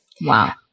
Wow